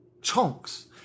Chunks